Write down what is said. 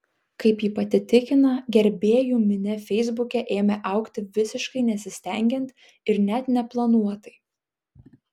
kaip ji pati tikina gerbėjų minia feisbuke ėmė augti visiškai nesistengiant ir net neplanuotai